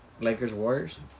Lakers-Warriors